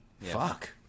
Fuck